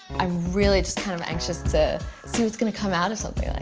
i'm really just kind of anxious to see what's gonna come out of something